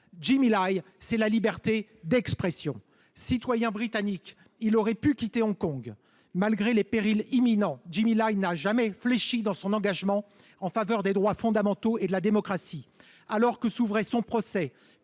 Jimmy Lai, c’est la liberté d’expression. Citoyen britannique, Jimmy Lai aurait pu quitter Hong Kong. Malgré les périls imminents, il n’a jamais fléchi dans son engagement en faveur des droits fondamentaux et de la démocratie. Alors que s’ouvrait son procès,